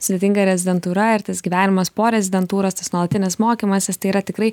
sudėtinga rezidentūra ir tas gyvenimas po rezidentūros tas nuolatinis mokymasis tai yra tikrai